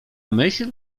myśl